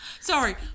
Sorry